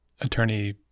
attorney